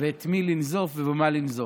במי לנזוף ועל מה לנזוף.